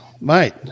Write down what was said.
mate